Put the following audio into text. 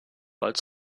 bald